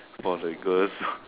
for the girls